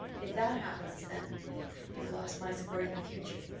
if that happens, then you've lost my support in the future.